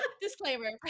Disclaimer